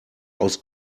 aus